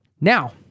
Now